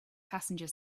passenger